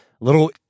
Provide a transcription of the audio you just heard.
little